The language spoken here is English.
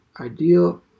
ideal